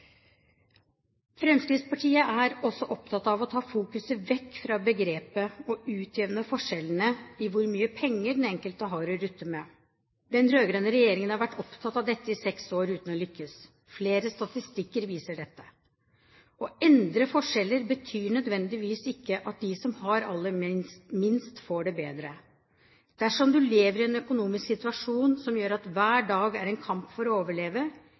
Fremskrittspartiet er også opptatt av å ta fokuset vekk fra begrepet «å utjevne forskjellene» når det gjelder hvor mye penger den enkelte har å rutte med. Den rød-grønne regjeringen har vært opptatt av dette i seks år, uten å lykkes. Flere statistikker viser dette. Å endre forskjeller betyr nødvendigvis ikke at de som har aller minst, får det bedre. Dersom du lever i en økonomisk situasjon som gjør at hver dag er en kamp for å overleve,